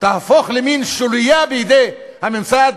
תהפוך למין סוליה בידי הממסד,